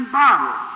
bottle